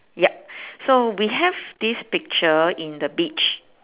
yup so we have this picture in the beach